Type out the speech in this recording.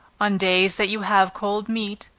on days that you have cold meat,